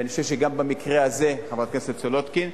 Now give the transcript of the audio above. ואני חושב שגם במקרה הזה, חברת הכנסת סולודקין,